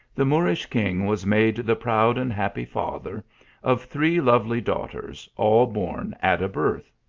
the moorish king was made the proud and happy father of three lovely daughters, all born at a birth.